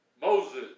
Moses